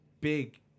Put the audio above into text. big